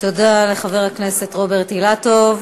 תודה לחבר הכנסת רוברט אילטוב.